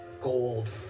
gold